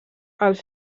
els